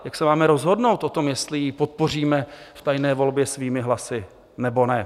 Jak se máme rozhodnout, jestli ji podpoříme v tajné volbě svými hlasy, nebo ne?